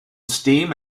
steam